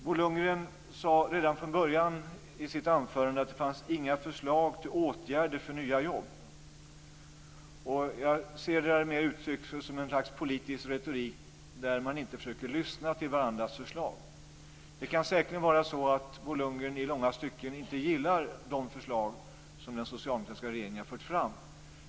Bo Lundgren sade redan från början i sitt anförande att det fanns inga förslag till åtgärder för nya jobb. Jag ser det mera som ett uttryck för ett slags politisk retorik där man inte försöker lyssna till varandras förslag. Det kan säkerligen vara så att Bo Lundgren i långa stycken inte gillar de förslag som den socialdemokratiska regeringen har fört fram.